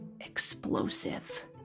explosive